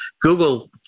Google